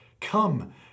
come